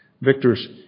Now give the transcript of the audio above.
victor's